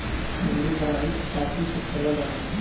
हुन्डी बारहवीं सताब्दी से चलल रहे